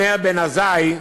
אומר בן עזאי: